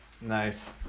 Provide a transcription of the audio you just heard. nice